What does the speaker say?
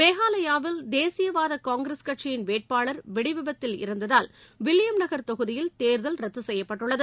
மேகாலயாவில் தேசியவாத காங்கிரஸ் கட்சியின் வேட்பாளர் வெடிவிபத்தில் இறந்ததால் வில்லியம் நகர் தொகுதியில் தேர்தல் ரத்து செய்யப்பட்டுள்ளது